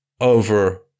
over